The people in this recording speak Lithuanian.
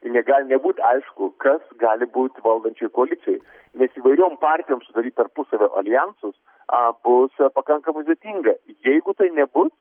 negali nebūt aišku kas gali būt valdančioj koalicijoj nes įvairiom partijom sudaryt tarpusavio aljansus bus pakankamai sudėtinga jeigu tai nebus